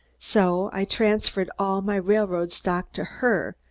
so i transferred all my railroad stock to her,